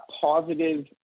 positive